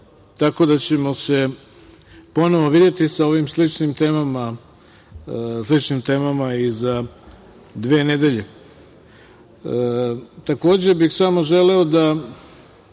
tako da ćemo se ponovo videti sa sličnim temama i za dve nedelje. Takođe bih samo želeo da